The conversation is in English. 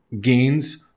gains